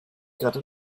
gerade